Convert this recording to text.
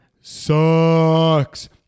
sucks